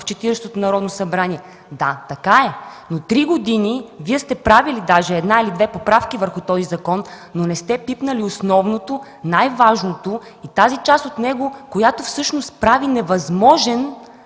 в 40-ото Народно събрание”. Да, така е, но три години Вие сте правили една или две поправки върху този закон, но не сте пипнали основното, най-важното, тази част от него, която прави невъзможен